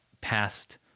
past